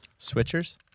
switchers